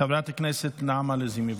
חברת הכנסת נעמה לזימי,